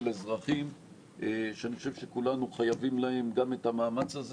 אזרחים שאני חושב שכולנו חייבים להם גם את המאמת הזה